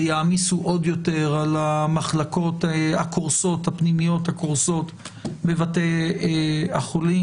ויעמיסו עוד יותר על המחלקות הפנימיות הקורסות בבתי החולים.